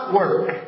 work